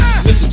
Listen